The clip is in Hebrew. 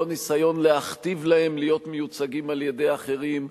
לא ניסיון להכתיב להם להיות מיוצגים על-ידי אחרים,